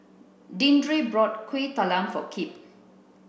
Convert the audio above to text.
Deandre bought Kuih Talam for Kipp